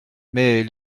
mais